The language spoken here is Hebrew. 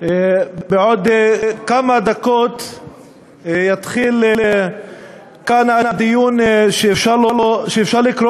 בעוד כמה דקות יתחיל כאן דיון שאפשר לקרוא